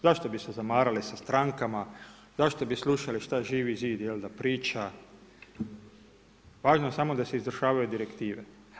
Zašto bi se zamarali sa strankama, zašto bi slušali šta Živi zid priča, važno je samo da se izvršavaju direktive.